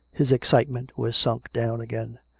his excitement was sunk down again.